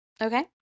Okay